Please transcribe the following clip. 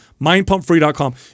mindpumpfree.com